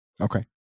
Okay